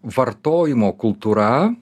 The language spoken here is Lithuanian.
vartojimo kultūra